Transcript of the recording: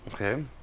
Okay